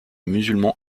musulman